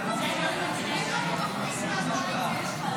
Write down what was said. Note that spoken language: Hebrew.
הסתייגות 2 לא נתקבלה.